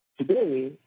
Today